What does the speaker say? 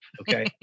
okay